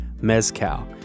mezcal